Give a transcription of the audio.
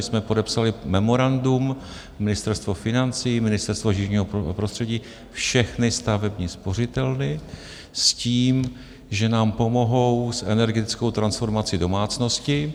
My jsme podepsali memorandum, Ministerstvo financí, Ministerstvo životního prostředí, všechny stavební spořitelny, s tím že nám pomohou s energetickou transformací domácností.